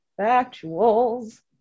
Factuals